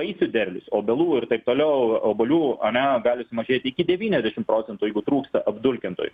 vaisių derlius obelų ir taip toliau obuolių ane gali sumažėti iki devyniasdešimt procentų jeigu trūksta apdulkintojų